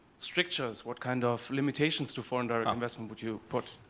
strictures, what kind of limitations to foreign direct investment would you put?